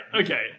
okay